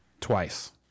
twice